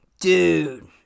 dude